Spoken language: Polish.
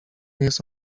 jest